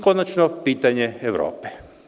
Konačno, pitanje Evrope.